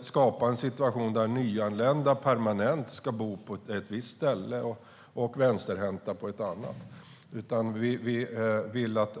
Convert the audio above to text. skapa en situation där nyanlända permanent ska bo på ett visst ställe och vänsterhänta på ett annat, utan vi vill att